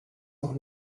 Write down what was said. noch